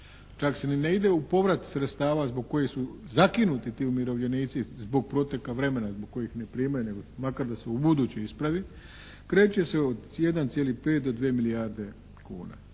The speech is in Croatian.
čak se ni ne ide u povrat sredstava zbog kojih su zakinuti ti umirovljenici zbog proteka zbog kojih ne primaju nego makar da se ubuduće ispravi, kreće se od 1,5 do dvije milijarde kuna.